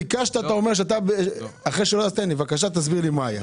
בבקשה, תסביר לי מה היה.